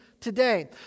today